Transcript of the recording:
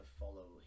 follow